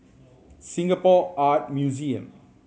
Singapore Art Museum